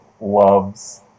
loves